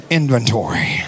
inventory